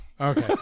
Okay